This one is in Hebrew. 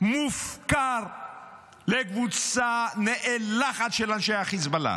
מופקר לקבוצה נאלחת של אנשי החיזבאללה,